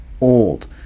old